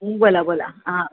बोला बोला हां